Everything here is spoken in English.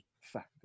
fact